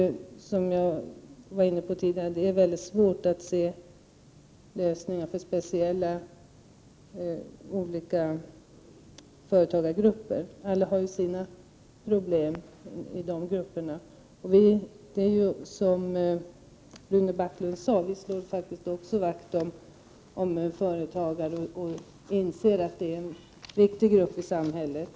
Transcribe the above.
Som jag sade tidigare är det mycket svårt att åstadkomma speciella lösningar för olika företagargrupper. Alla grupper har, som Rune Backlund sade, sina problem. Vi slår faktiskt vakt också om dessa viktiga grupper i samhället.